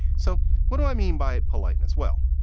so what do i mean by it? politeness. well,